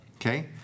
Okay